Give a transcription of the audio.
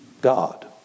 God